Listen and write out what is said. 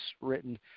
written